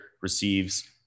receives